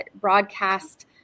broadcast